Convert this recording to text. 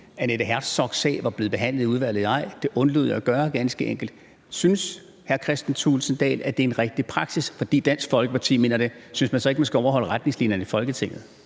Annette Herzogs sag var blevet behandlet i udvalget eller ej. Det undlod jeg ganske enkelt at gøre. Synes hr. Kristian Thulesen Dahl, at det er en rigtig praksis, fordi Dansk Folkeparti mener det? Synes man så ikke, at man skal overholde retningslinjerne i Folketinget?